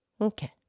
Okay